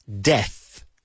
death